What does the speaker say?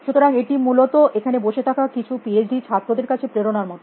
সুতরাং এটি মূলত এখানে বসে থাকা কিছু পিএইচডি র ছাত্রদের কাছে প্রেরণার মত